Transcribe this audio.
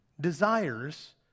desires